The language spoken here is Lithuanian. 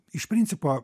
iš principo